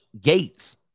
Gates